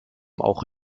auch